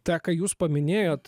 tą ką jūs paminėjot